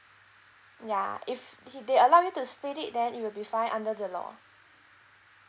ya if he they allow you to split it then it will be fine under the law